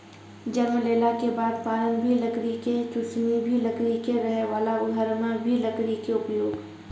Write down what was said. जन्म लेला के बाद पालना भी लकड़ी के, चुसनी भी लकड़ी के, रहै वाला घर मॅ भी लकड़ी के उपयोग